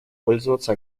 пользоваться